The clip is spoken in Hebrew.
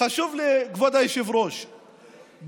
חשוב לכבוד היושב-ראש: